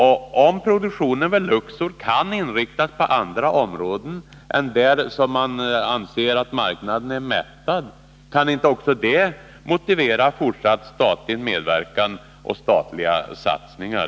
Och om produktionen vid Luxor kan inriktas på andra områden än dem där man anser att marknaden är mättad, kan också det motivera fortsatt statlig medverkan och statliga satsningar?